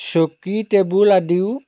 চকী টেবুল আদিও